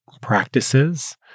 practices